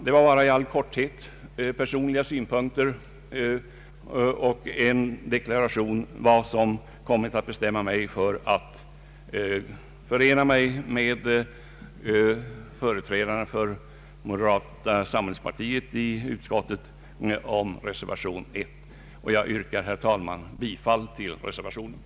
Detta var i all korthet personliga synpunkter och en deklaration om vad som fått mig att bestämma mig för att förena mig med företrädarna för moderata samlingspartiet i utskottet om reservation 1. Jag yrkar, herr talman, bifall till reservation 1.